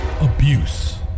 abuse